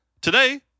today